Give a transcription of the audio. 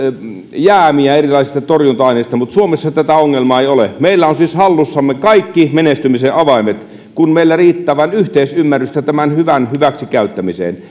jäämiä erilaisista torjunta aineista mutta suomessa tätä ongelmaa ei ole meillä on siis hallussamme kaikki menestymisen avaimet kun meillä vain riittää yhteisymmärrystä tämän hyvän hyväksikäyttämiseen